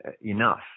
enough